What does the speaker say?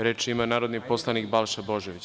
Reč ima narodni poslanik Balša Božović.